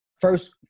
first